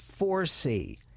4C